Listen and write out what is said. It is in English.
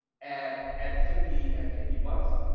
at at fifty? at fifty bucks?